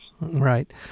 Right